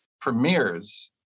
premieres